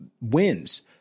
wins